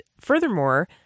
furthermore